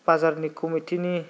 बाजारनि कमिटिनि